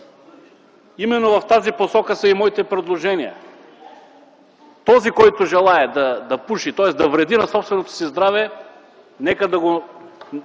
Именно в тази посока са и моите предложения. За този, който желае да пуши, тоест да вреди на собственото си здраве, нека да има